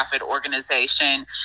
organization